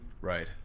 right